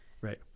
right